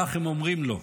כך הם אומרים לו,